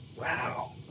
Wow